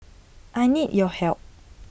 I need your help